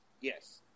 Yes